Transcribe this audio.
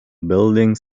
buildings